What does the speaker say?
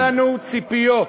-- היו ציפיות,